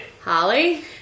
Holly